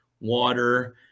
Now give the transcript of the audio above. water